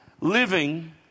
living